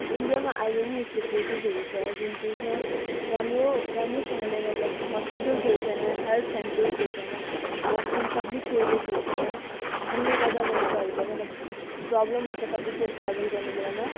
इन्डियामा अहिले पनि यस्तो प्लेसेसहरू छ जुन प्लेसमा राम्रो राम्रोसँगले मतलब हस्पिटल्सहरू छैन हेल्थ सेन्टर्सहरू छैन वासरुम पब्लिक टोइलेटहरू छैन जसले गर्दा मान्छेहरूलाई मतलब प्रब्लम हुन्छ कतितिर ट्राभल गर्ने बेलामा